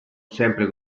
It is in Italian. sempre